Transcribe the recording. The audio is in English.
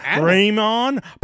Raymond